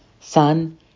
Son